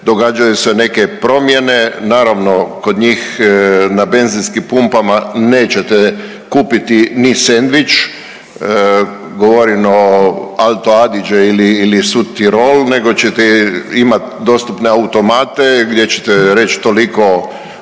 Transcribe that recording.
događaju se neke promjene. Naravno kod njih na benzinskim pumpama nećete kupiti ni sendvič govorim Alto Adige ili South Tyrol nego ćete imat dostupne automate gdje ćete reći toliko